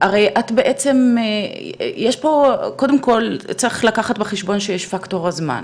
הרי צריך קודם כל לקחת בחשבון את פקטור הזמן,